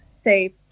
say